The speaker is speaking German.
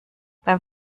beim